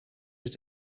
het